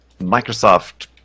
Microsoft